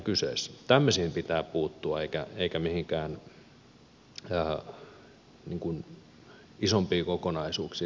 tämmöisiin pitää puuttua eikä mihinkään isompiin kokonaisuuksiin